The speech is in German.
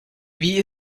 wie